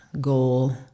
goal